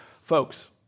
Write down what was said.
Folks